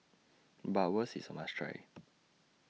Bratwurst IS A must Try